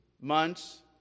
months